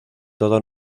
toda